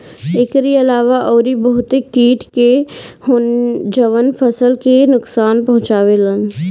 एकरी अलावा अउरी बहते किट होने जवन फसल के नुकसान पहुंचावे लन